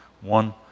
One